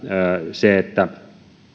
se että